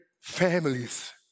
Families